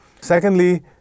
Secondly